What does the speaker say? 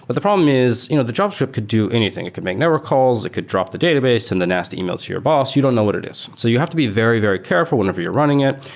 but the problem is you know the javascript could do anything. it could make network calls. it could drop the database and the nasty emails of your boss. you don't know what it is. so you have to be very, very careful whenever you're running it,